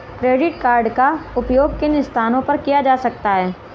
Credit card का उपयोग किन स्थानों पर किया जा सकता है?